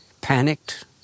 panicked